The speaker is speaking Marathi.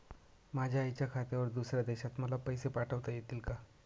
माझ्या आईच्या खात्यावर दुसऱ्या देशात मला पैसे पाठविता येतील का?